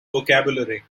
vocabulary